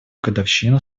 годовщину